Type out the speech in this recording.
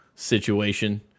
Situation